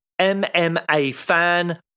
MMAFAN